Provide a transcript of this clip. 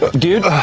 but dude,